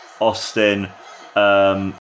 Austin